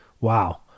Wow